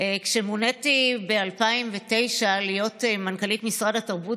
כשמוניתי ב-2009 להיות מנכ"לית משרד התרבות